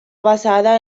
basada